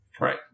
Right